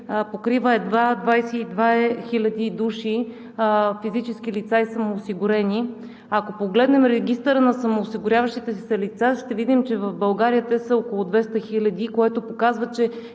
покрива едва 22 хиляди души физически лица и самоосигурени. Ако погледнем Регистъра на самоосигуряващите се лица ще видим, че в България те са около 200 хиляди, което показва, че